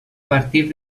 partir